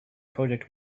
project